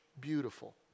beautiful